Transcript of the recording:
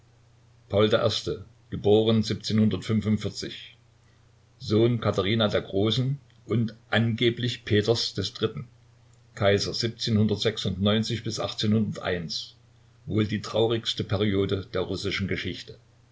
i geboren sohn katharina der großen und angeblich peters iii kaiser wohl die traurigste periode der russischen geschichte